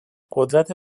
قدرت